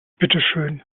bitteschön